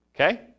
Okay